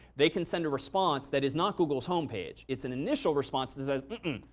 they can send a response that is not google's home page. it's an initial response that says